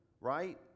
right